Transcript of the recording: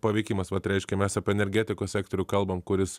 paveikimas vat reiškia mes apie energetikos sektorių kalbam kuris